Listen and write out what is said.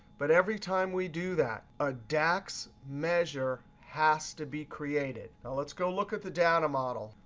but every time we do that, a dax measure has to be created. now let's go look at the data model.